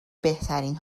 بهترین